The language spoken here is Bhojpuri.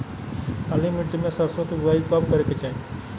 काली मिट्टी में सरसों के बुआई कब करे के चाही?